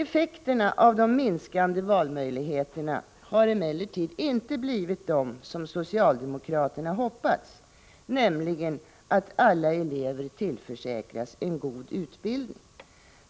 Effekterna av de minskande valmöjligheterna har emellertid inte blivit de som socialdemokraterna hoppats, nämligen att alla elever tillförsäkras en god utbildning.